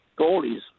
goalies